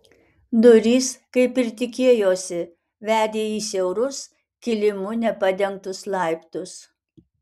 durys kaip ir tikėjosi vedė į siaurus kilimu nepadengtus laiptus